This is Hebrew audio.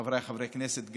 חבריי חברי הכנסת,